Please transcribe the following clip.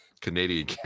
Canadian